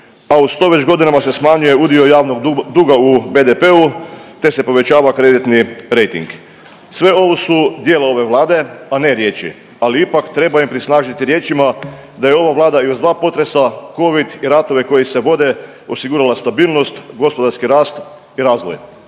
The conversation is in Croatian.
a uz to već godinama se smanjuje udio javnog duga u BDP-u, te se povećava kreditni rejting. Sve ovo su dijela ove Vlade, a ne riječi, ali ipak treba i prisnažiti riječima da je ova Vlada i uz dva potresa, covid i ratove koji se vode osigurala stabilnost, gospodarski rast i razvoj.